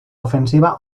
ofensiva